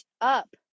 up